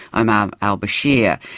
um um al bashir.